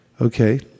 Okay